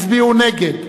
הצביעו נגד,